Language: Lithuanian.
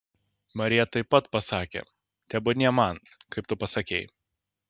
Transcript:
marija taip pat pasakė tebūnie man kaip tu pasakei